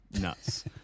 Nuts